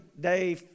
day